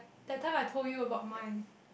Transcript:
that time I told you about my